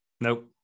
Nope